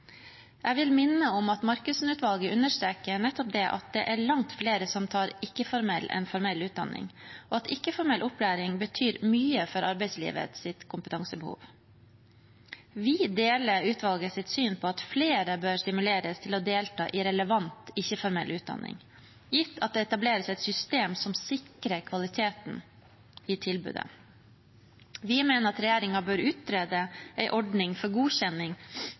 Jeg vil minne om at Markussen-utvalget understreker nettopp det at det er langt flere som tar ikke-formell utdanning, enn som tar formell utdanning, og at ikke-formell opplæring betyr mye for arbeidslivets kompetansebehov. Vi deler utvalgets syn på at flere bør stimuleres til å delta i relevant ikke-formell utdanning, gitt at det etableres et system som sikrer kvaliteten i tilbudet. Vi mener at regjeringen bør utrede en ordning for godkjenning